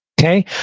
Okay